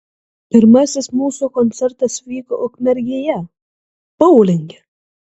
pirmasis mūsų koncertas vyko ukmergėje boulinge